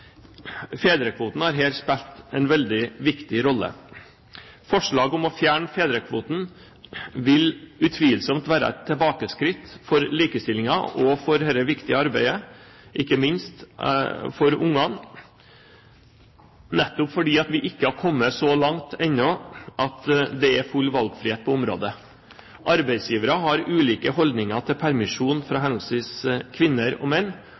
Fedrekvoten har her spilt en veldig viktig rolle. Forslaget om å fjerne fedrekvoten vil utvilsomt være et tilbakeskritt for likestillingen og for dette viktige arbeidet, ikke minst for ungene, nettopp fordi vi ennå ikke er kommet så langt at det er full valgfrihet på området. Arbeidsgivere har ulike holdninger til permisjon for henholdsvis kvinner og menn.